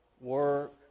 work